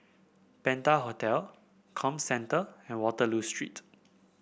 Penta Hotel Comcentre and Waterloo Street